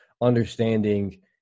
understanding